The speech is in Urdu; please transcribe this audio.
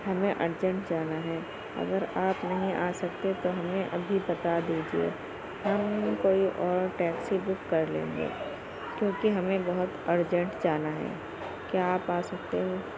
ہمیں ارجنٹ جانا ہے اگر آپ نہیں آ سکتے تو ہمیں ابھی بتا دیجیے ہم کوئی اور ٹیکسی بک کر لیں گے کیوںکہ ہمیں بہت ارجنٹ جانا ہے کیا آپ آ سکتے ہو